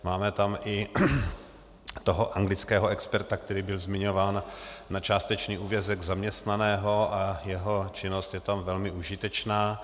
Máme tam i anglického experta, který byl zmiňován, na částečný úvazek zaměstnaného a jeho činnost je tam velmi užitečná.